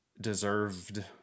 deserved